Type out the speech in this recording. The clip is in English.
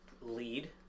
lead